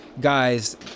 guys